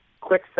Quick